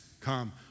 come